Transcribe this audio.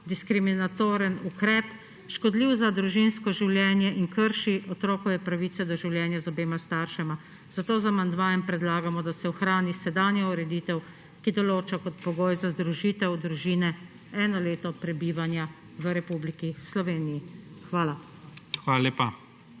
diskriminatoren ukrep, škodljiv za družinsko življenje in krši otrokove pravice do življenja z obema staršema. Zato z amandmajem predlagamo, da se ohrani sedanja ureditev, ki določa kot pogoj za združitev družine eno leto prebivanja v Republiki Sloveniji. Hvala. PREDSEDNIK